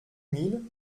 mille